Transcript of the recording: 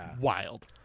wild